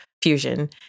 fusion